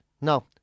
No